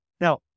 Now